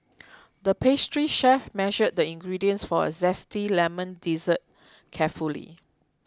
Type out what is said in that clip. the pastry chef measured the ingredients for a Zesty Lemon Dessert carefully